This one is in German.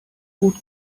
gut